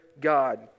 God